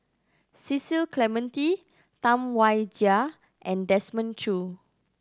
Cecil Clementi Tam Wai Jia and Desmond Choo